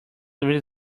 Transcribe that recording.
really